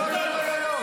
לא לא לא לא.